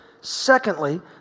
Secondly